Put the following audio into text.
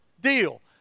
deal